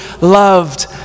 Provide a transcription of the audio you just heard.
loved